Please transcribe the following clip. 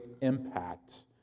impact